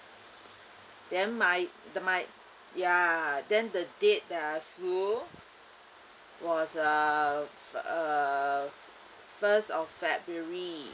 then my the my ya then the date that I flew was uh err first of february